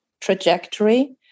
trajectory